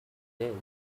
did